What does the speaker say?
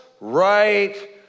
right